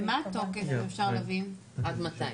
ומה התוקף אם אפשר להבין, עד מתי?